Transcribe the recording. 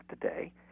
today